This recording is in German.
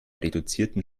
reduzierten